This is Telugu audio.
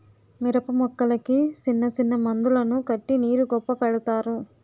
మిరపమొక్కలకి సిన్నసిన్న మందులను కట్టి నీరు గొప్పు పెడతారు